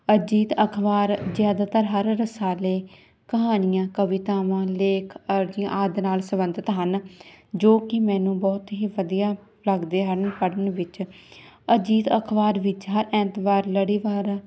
ਅਜੀਤ ਅਖ਼ਬਾਰ ਜ਼ਿਆਦਾਤਰ ਹਰ ਰਸਾਲੇ ਕਹਾਣੀਆਂ ਕਵਿਤਾਵਾਂ ਲੇਖ ਅਰਜ਼ੀਆਂ ਆਦਿ ਨਾਲ ਸਬੰਧਿਤ ਹਨ ਜੋ ਕਿ ਮੈਨੂੰ ਬਹੁਤ ਹੀ ਵਧੀਆ ਲੱਗਦੇ ਹਨ ਪੜ੍ਹਨ ਵਿੱਚ ਅਜੀਤ ਅਖ਼ਬਾਰ ਵਿੱਚ ਹਰ ਐਤਵਾਰ ਲੜੀਵਾਰ